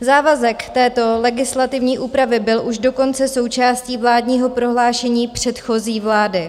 Závazek této legislativní úpravy byl už dokonce součástí vládního prohlášení předchozí vlády.